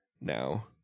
now